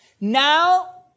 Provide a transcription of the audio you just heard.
now